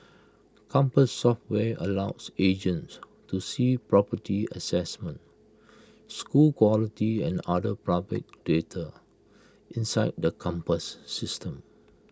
compass software allows agents to see property assessments school quality and other public data inside the compass system